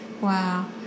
Wow